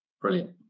brilliant